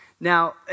Now